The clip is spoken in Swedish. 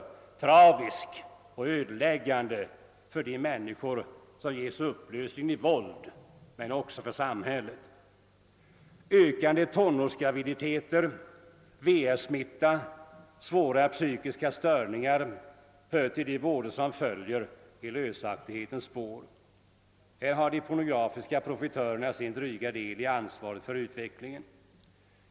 Denna upplösning är tragisk och ödeläggande för de människor som ger sig den i våld — men också för samhället. Ökat antal tonårsgraviditeter, VS-smitta och svåra psykiska störningar hör till de vådor som följer i lösaktighetens spår. Här har de pornografiska profitörerna sin dryga del i ansvaret för utvecklingen.